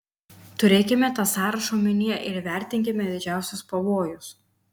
turėkime tą sąrašą omenyje ir įvertinkime didžiausius pavojus